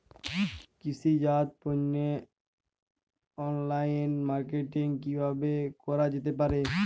কৃষিজাত পণ্যের online marketing কিভাবে করা যেতে পারে?